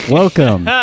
welcome